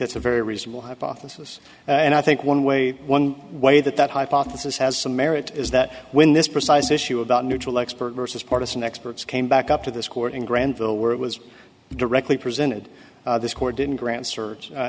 that's a very reasonable hypothesis and i think one way one way that that hypothesis has some merit is that when this precise issue about neutral expert versus partisan experts came back up to this court in grandville where it was directly presented this court didn't grant